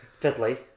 fiddly